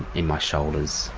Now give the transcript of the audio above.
in my shoulders